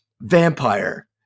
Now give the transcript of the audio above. vampire